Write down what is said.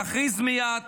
להכריז מייד